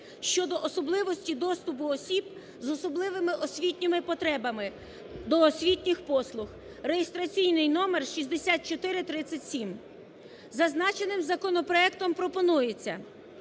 (щодо особливості доступу осіб з особливим освітніми потребами) (реєстраційний номер 6437). Зазначеним законопроектом пропонується